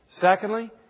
Secondly